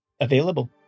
available